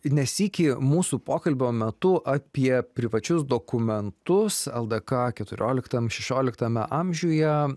ne sykį mūsų pokalbio metu apie privačius dokumentus ldk keturioliktam šešioliktame amžiuje